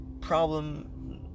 problem